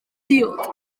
diod